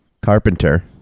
carpenter